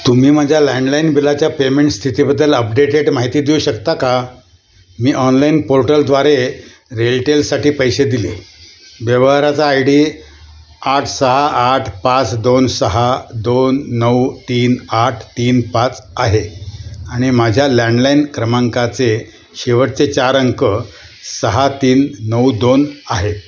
तुम्ही माझ्या लँडलाईन बिलाच्या पेमेंट स्थितीबद्दल अपडेटेड माहिती देऊ शकता का मी ऑनलाईन पोर्टलद्वारे रेलटेलसाठी पैसे दिले व्यवहाराचा आय डी आठ सहा आठ पाच दोन सहा दोन नऊ तीन आठ तीन पाच आहे आणि माझ्या लँडलाईन क्रमांकाचे शेवटचे चार अंक सहा तीन नऊ दोन आहे